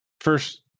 first